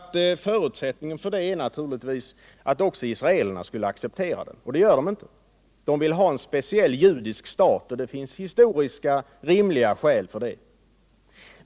Förutsättningen är nämligen att också israelerna skulle acceptera den, och det gör de inte. De vill ha en speciell judisk stat, och det finns rimliga historiska skäl för det.